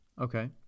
Okay